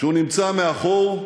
שהוא נמצא מאחור,